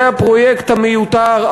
זה הפרויקט המיותר,